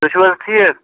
تُہۍ چھِو حَظ ٹھیٖک